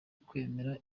kwereka